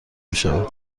میشود